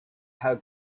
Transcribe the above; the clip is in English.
how